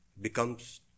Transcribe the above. becomes